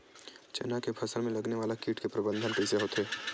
चना के फसल में लगने वाला कीट के प्रबंधन कइसे होथे?